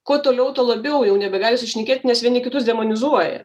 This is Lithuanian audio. kuo toliau tuo labiau jau nebegali susišnekėti nes vieni kitus demonizuoja